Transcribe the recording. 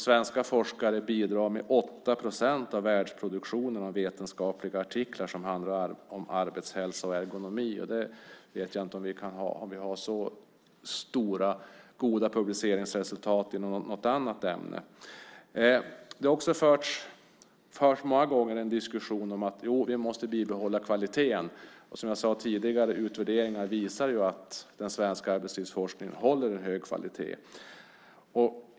Svenska forskare bidrar med 8 procent av världsproduktionen av vetenskapliga artiklar om arbetshälsa och ergonomi. Jag vet inte om vi har så god produktivitet i något annat ämne. Det har också många gånger förts en diskussion om att vi måste bibehålla kvaliteten. Som jag sade tidigare visar ju utvärderingar att den svenska arbetslivsforskningen håller en hög kvalitet.